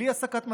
בלי הסקת מסקנות.